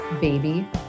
Baby